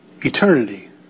eternity